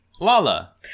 Lala